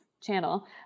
channel